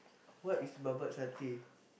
what is babat satay